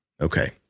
Okay